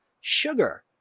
sugar